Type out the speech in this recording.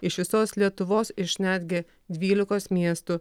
iš visos lietuvos iš netgi dvylikos miestų